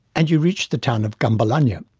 and you reach the town of gunbalanya,